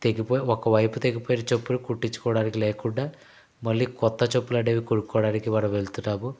తెగిపోయి ఒక వైపు తెగిపోయిన చెప్పులు కుట్టించుకోవడానికి లేకుండా మళ్ళీ కొత్త చెప్పులు అనేవి కొనుక్కోవడానికి మనం వెళ్తున్నాము